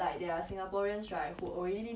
ya need to uh